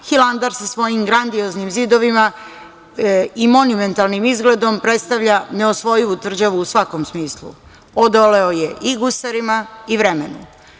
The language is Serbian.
Hilandar sa svojim grandioznim zidovima i monumentalnim izgledom predstavlja neosvojivu tvrđavu u svakom smislu, odoleo je i gusarima i vremenu.